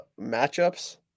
matchups